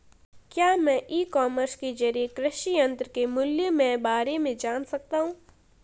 क्या मैं e commerce के ज़रिए कृषि यंत्र के मूल्य में बारे में जान सकता हूँ?